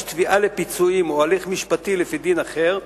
תביעה לפיצויים או הליך משפטי לפי דין אחר,